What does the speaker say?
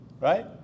right